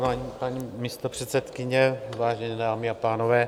Vážená paní místopředsedkyně, vážené dámy a pánové.